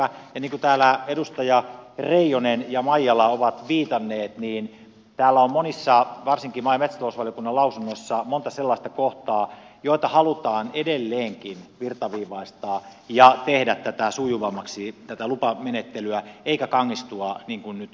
ja niin kuin täällä edustajat reijonen ja maijala ovat viitanneet täällä on monissa varsinkin maa ja metsätalousvaliokunnan lausunnoissa monta sellaista kohtaa joita halutaan edelleenkin virtaviivaistaa ja tehdä tätä lupamenettelyä sujuvammaksi eikä kangistaa niin kuin nyt on tapahtunut